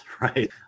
right